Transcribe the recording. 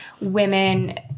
women